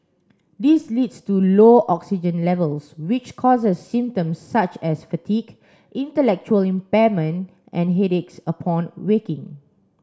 this leads to low oxygen levels which causes symptoms such as fatigue intellectual impairment and headaches upon waking